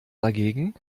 dagegen